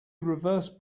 reverse